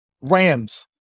Rams